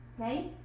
Okay